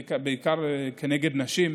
בעיקר נגד נשים,